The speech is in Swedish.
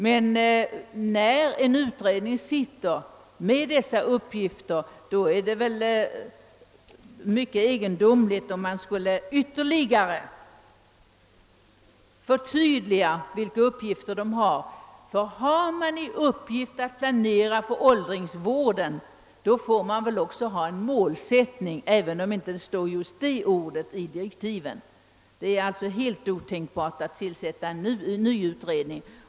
Men när en utredning har tillsatts för dessa uppgifter vore det mycket egendomligt, om man ytterligare skulle förtydliga vilka uppgifter den har. Har man i uppgift att planera åldringsvården får man väl också ha en målsättning, även om just det ordet inte står i direktiven. Det är alltså helt otänkbart att tillsätta en ny utredning.